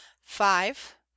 five